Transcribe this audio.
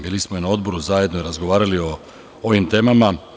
Bili smo i na odboru zajedno i razgovarali o ovim temama.